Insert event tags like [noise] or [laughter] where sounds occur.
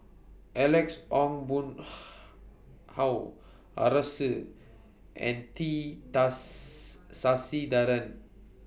Alex Ong Boon [unintelligible] Hau Arasu and T Does Sasitharan